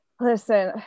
listen